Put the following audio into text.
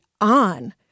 on